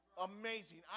Amazing